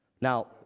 Now